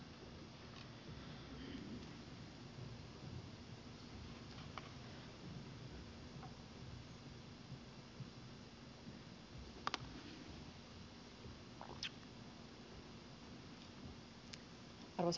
arvoisa puhemies